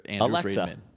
Alexa